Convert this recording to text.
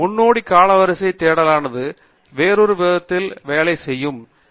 முன்னோடி காலவரிசை தேடலானது வேறொரு விதத்தில் வேலை செய்யும் ஒன்று